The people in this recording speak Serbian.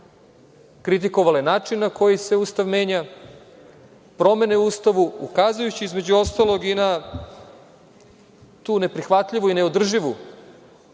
kritikovale način na koji se Ustav menja, promene u Ustavu, ukazujući između ostalog na tu neprihvatljivu i neodrživu